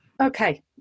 okay